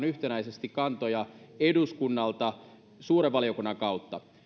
yhtenäisesti kantoja eduskunnalta suuren valiokunnan kautta